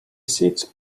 sits